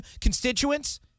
constituents